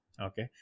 Okay